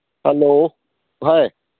hello ꯚꯥꯏ